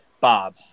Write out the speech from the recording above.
Bob